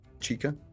Chica